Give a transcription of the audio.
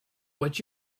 what